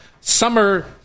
summer